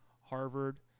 Harvard